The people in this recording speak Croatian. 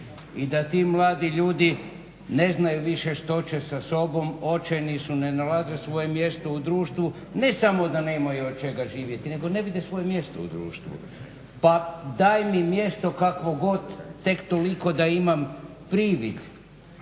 i da ti mladi ljudi ne znaju više što će sa sobom, očajni su, ne nalaze svoje mjesto u društvu. Ne samo da nemaju od čega živjeti, nego ne vide svoje mjesto u društvu. Pa daj mi mjesto kakvo god, tek toliko da imam privid